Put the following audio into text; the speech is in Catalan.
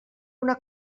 una